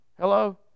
Hello